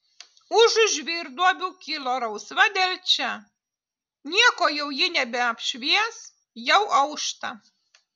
užu žvyrduobių kilo rausva delčia nieko jau ji nebeapšvies jau aušta